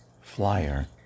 flyer